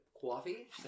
coffee